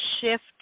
shift